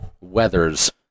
weathers